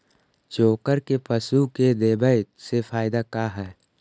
चोकर के पशु के देबौ से फायदा का है?